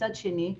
מצד שני,